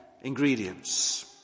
ingredients